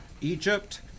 Egypt